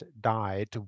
died